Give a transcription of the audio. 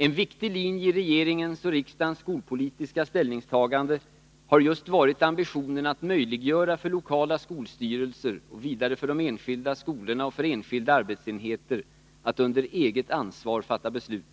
En viktig linje i regeringens och riksdagens skolpolitiska ställningstagande har just varit ambitionen att möjliggöra för lokala skolstyrelser och vidare för de enskilda skolorna och för enskilda arbetsenheter att under eget ansvar fatta beslut.